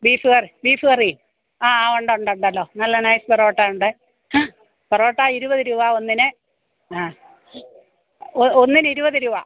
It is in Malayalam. ബീഫ് കറി ബീഫ് കറി ആ ഉണ്ട് ഉണ്ട് ഉണ്ടല്ലോ നല്ല നൈസ് പൊറോട്ട ഉണ്ട് പൊറോട്ട ഇരുപത് രൂപ ഒന്നിന് ആഹ് ഒന്നിന് ഇരുപത് രൂപ